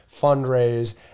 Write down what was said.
fundraise